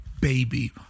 baby